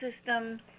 system